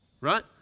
Right